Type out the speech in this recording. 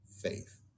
faith